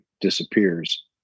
disappears